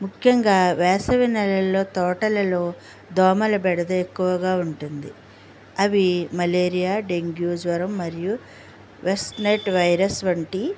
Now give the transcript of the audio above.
ముఖ్యంగా వేసవి నెలల్లో తోటలలో దోమల బెడద ఎక్కువగా ఉంటుంది అవి మలేరియా డెంగ్యూ జ్వరం మరియు వెస్ట్ నెట్ వైరస్ వంటి